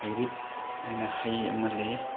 ꯍꯩꯔꯤꯠ ꯍꯥꯏꯅ ꯍꯩ ꯑꯃ ꯂꯩ